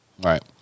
Right